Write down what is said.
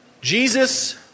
Jesus